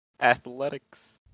Athletics